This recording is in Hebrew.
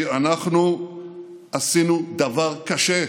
כי אנחנו עשינו דבר קשה.